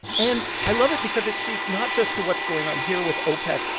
and i love it because it speaks not just to what's going on here with opec,